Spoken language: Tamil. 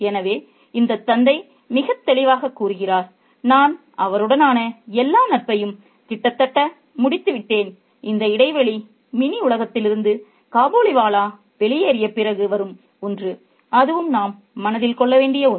எனவே இந்தத் தந்தை மிகத் தெளிவாகக் கூறுகிறார் நான் அவருடனான எல்லா நட்பையும் கிட்டத்தட்ட முடித்துவிட்டேன் இந்த இடைவெளி மினி உலகத்திலிருந்து காபூலிவாலா வெளியேறிய பிறகு வரும் ஒன்று அதுவும் நாம் மனதில் கொள்ள வேண்டிய ஒன்று